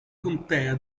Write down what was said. contea